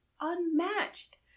unmatched